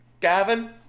Gavin